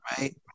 right